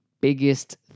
biggest